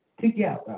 together